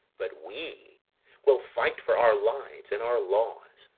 but we will fight for our lives, and our laws